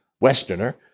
Westerner